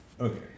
Okay